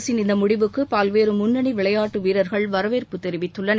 அரசின் இந்த முடிவுக்கு பல்வேறு முன்னணி விளையாட்டு வீரர்கள் வரவேற்பு தெரிவித்துள்ளனர்